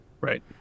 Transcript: Right